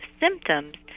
symptoms